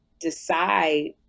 decide